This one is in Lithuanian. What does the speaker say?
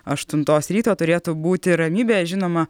aštuntos ryto turėtų būti ramybė žinoma